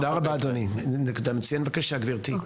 תודה רבה אדוני, נקודה מצוינת, בבקשה גברתי.